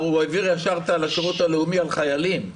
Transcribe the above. הוא העביר ישר לשירות לאומי על חיילים.